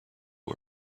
who